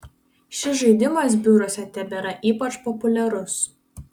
šis žaidimas biuruose tebėra ypač populiarus